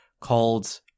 called